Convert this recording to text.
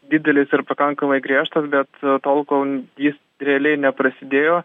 didelis ir pakankamai griežtas bet tol kol jis realiai neprasidėjo